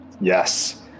Yes